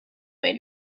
way